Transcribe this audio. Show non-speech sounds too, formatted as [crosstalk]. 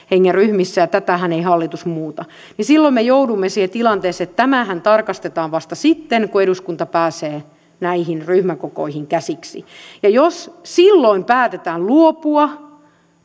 [unintelligible] hengen ryhmissä ja tätähän ei hallitus muuta niin silloin me joudumme siihen tilanteeseen että tämähän tarkastetaan vasta sitten kun eduskunta pääsee näihin ryhmäkokoihin käsiksi jos silloin päätetään luopua